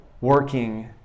working